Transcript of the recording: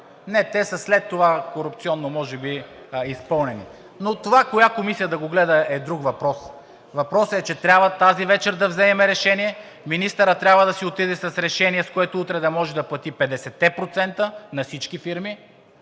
Не, те са след това корупционно може би изпълнени. Но това коя комисия да го гледа, е друг въпрос. Въпросът е, че трябва тази вечер да вземем решение, министърът трябва да си отиде с решение, с което утре да може да плати 50-те процента на всички фирми.